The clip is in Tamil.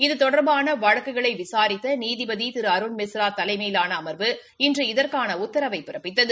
இதுதொடா்பான வழக்குகளை விசாரித்த நீதிபதி திரு அருண்மிஸ்ரா தலைமையிலான அமா்வு இன்று இதற்கான உத்தரவினை பிறப்பித்தது